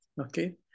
okay